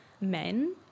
men